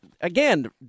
again